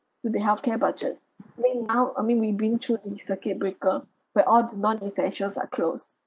to the healthcare budget I mean now I mean we been through the circuit breaker where all the non essentials are close